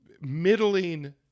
middling